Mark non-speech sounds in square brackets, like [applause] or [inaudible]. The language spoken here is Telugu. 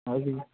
[unintelligible]